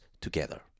together